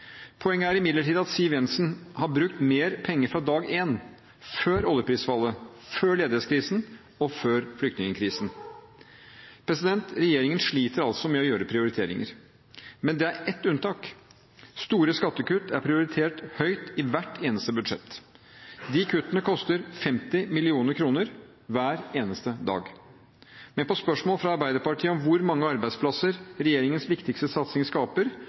Poenget er imidlertid at Siv Jensen har brukt mer penger fra dag én, før oljeprisfallet, før ledighetskrisen og før flyktningkrisen. Regjeringen sliter altså med å foreta prioriteringer. Men det er ett unntak: Store skattekutt er prioritert høyt i hvert eneste budsjett. De kuttene koster 50 mill. kr hver eneste dag. Men på spørsmål fra Arbeiderpartiet om hvor mange arbeidsplasser regjeringens viktigste satsinger skaper,